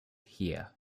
here